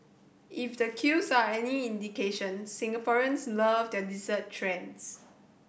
if the queues are any indication Singaporeans love their dessert trends